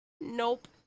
Nope